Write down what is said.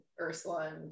Ursula